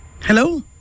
Hello